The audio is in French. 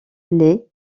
les